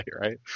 right